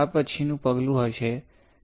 આ પછીનું પગલું હશે